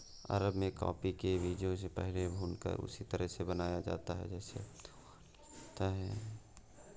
अरब में कॉफी के बीजों को पहले भूनकर उसी तरह से बनाया जाता था जैसे अब तैयार किया जाता है